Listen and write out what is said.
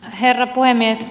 herra puhemies